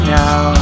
now